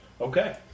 Okay